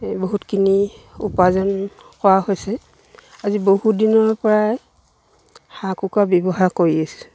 এই বহুতখিনি উপাৰ্জন কৰা হৈছে আজি বহু দিনৰপৰাই হাঁহ কুকুৰা ব্যৱসায় কৰি আছো